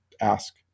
ask